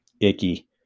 icky